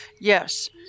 Yes